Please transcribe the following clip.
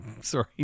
Sorry